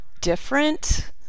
different